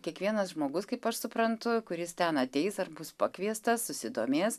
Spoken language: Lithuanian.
kiekvienas žmogus kaip aš suprantu kuris ten ateis ar bus pakviestas susidomės